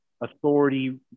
authority